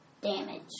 damage